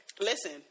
listen